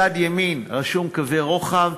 מצד ימין רשום קווי רוחב,